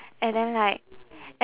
and then like